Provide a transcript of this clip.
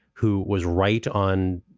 who was right on.